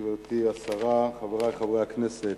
תודה, גברתי השרה, חברי חברי הכנסת,